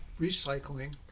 recycling